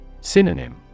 Synonym